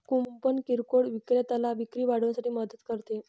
coupon किरकोळ विक्रेत्याला विक्री वाढवण्यासाठी मदत करते